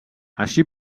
així